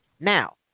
Now